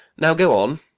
now, go on.